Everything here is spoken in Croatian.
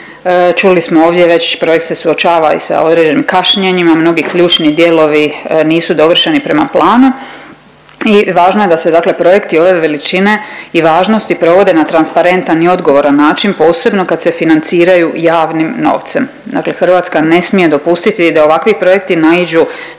Čuli smo ovdje već projekt se suočava i sa određenim kašnjenjima, mnogi ključni dijelovi nisu dovršeni prema planu i važno je da se dakle projekti ove veličine i važnosti provode na transparentan i odgovoran način posebno kad se financiraju javnim novcem. Dakle, Hrvatska ne smije dopustiti da ovakvi projekti naiđu